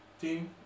team